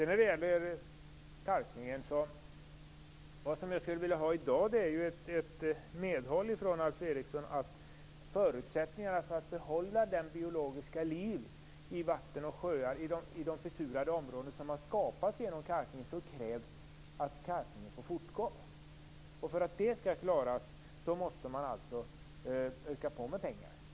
När det gäller kalkningen skulle jag i dag vilja ha medhåll från Alf Eriksson om att förutsättningen för att behålla det biologiska liv i vatten och sjöar i de försurade områdena som har skapats genom kalkning är att kalkningen får fortgå. För att det skall klaras måste man avsätta mer pengar.